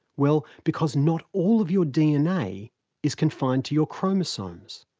well, because not all of your dna is confined to your chromosomes.